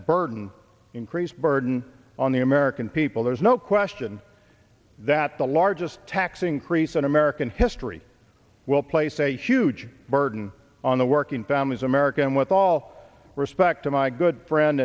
burden increase burden on the american people there's no question that the largest tax increase in american history will place a huge burden on the working families american with all respect to my good friend